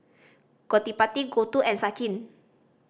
Gottipati Gouthu and Sachin